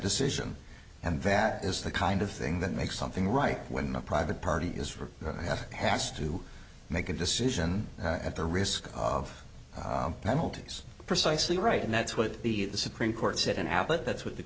decision and that is the kind of thing that makes something right when the private party is for has to make a decision at the risk of penalties precisely right and that's what the supreme court said in abbott that's what the